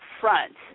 front